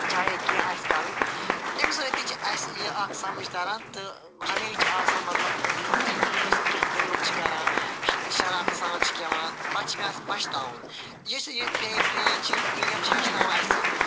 چاہے کینٛہہ آسہِ کَرُن امہ سۭتۍ تہِ چھُ اسہِ یہِ اکھ سمجھ تَران تہٕ ہَمیش چھُ آسان مَطلَب أسۍ یِم أسۍ کینٛہہ کٲم چھِ کَران شَرارتہٕ سان چھ کینٛہہ وَنان پَتہٕ چھ پیٚوان اسہِ پَشتاوُن پَتہٕ چھ پیٚوان اسہِ پَشتاوُن یہِ چھِ یہِ پھریز چھِ ایٖڈیم چھ ہیٚچھناوان اَسہِ